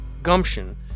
gumption